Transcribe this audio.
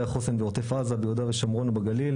החוסן בעוטף עזה וביהודה ושומרון ובגליל.